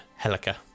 Helica